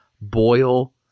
boil